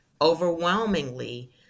overwhelmingly